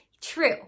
True